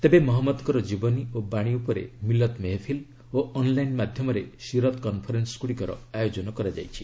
ତେବେ ମହମ୍ମଦଙ୍କର ଜୀବନୀ ଓ ବାଣୀ ଉପରେ ମିଲଦ୍ ମେହେଫିଲ୍ ଓ ଅନ୍ଲାଇନ୍ ମାଧ୍ୟମରେ ସୀରତ୍ କନ୍ଫରେନ୍ସ ଗୁଡ଼ିକର ଆୟୋଜନ କରାଯାଇଛି